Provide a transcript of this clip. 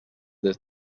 des